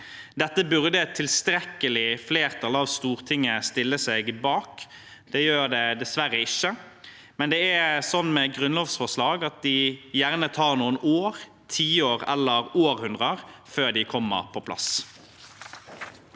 Dette burde et tilstrekkelig flertall av Stortinget stille seg bak. Det gjør det dessverre ikke, men det er sånn med grunnlovsforslag at det gjerne tar noen år, tiår eller århundrer før de kommer på plass.